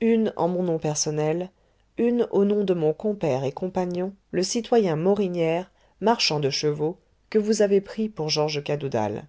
une en mon nom personnel une au nom de mon compère et compagnon le citoyen morinière marchand de chevaux que vous avez pris pour georges cadoudal